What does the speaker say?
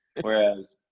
Whereas